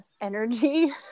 energy